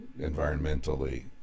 environmentally